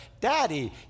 daddy